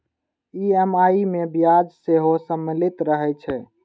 EMI मे ब्याज सेहो सम्मिलित रहै छै